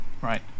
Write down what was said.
Right